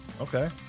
Okay